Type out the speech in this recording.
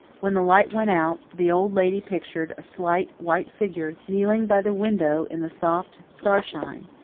when the light went out the old lady pictured a slight white figure kneeling by the window in the soft starshine,